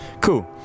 Cool